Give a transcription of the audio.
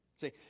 See